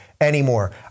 anymore